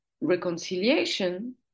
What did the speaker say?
reconciliation